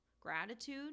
gratitude